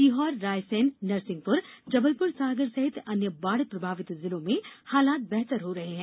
सीहोर रायसेन नरसिंहपुर जबलपुर सागर सहित अन्य बाढ़ प्रभाविता जिलों में हालात बेहतर हो रहे है